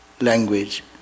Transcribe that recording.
language